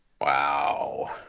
wow